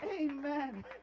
Amen